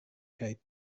kaj